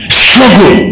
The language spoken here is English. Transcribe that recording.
struggle